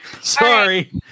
sorry